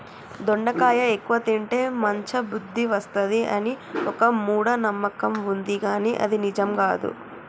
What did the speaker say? దొండకాయ ఎక్కువ తింటే మంద బుద్ది వస్తది అని ఒక మూఢ నమ్మకం వుంది కానీ అది నిజం కాదు